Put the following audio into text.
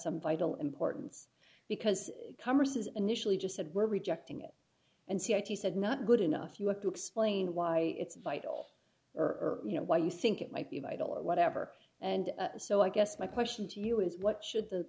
some vital importance because congress is initially just said we're rejecting it and said he said not good enough you have to explain why it's vital or you know why you think it might be vital or whatever and so i guess my question to you is what should the